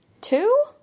two